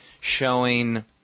showing